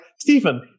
Stephen